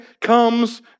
comes